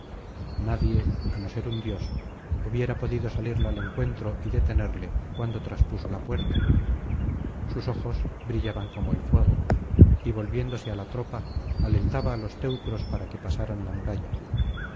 nadie á no ser un dios hubiera podido salirle al encuentro y detenerle cuando traspuso la puerta sus ojos brillaban como elfuego y volviéndose á la tropa alentaba á los teucros para que pasaran la muralla